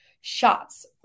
shots